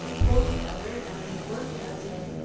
pulled together and worked as a